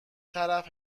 طرف